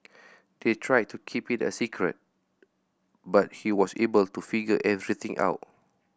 they tried to keep it a secret but he was able to figure everything out